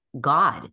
God